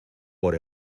por